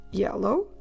yellow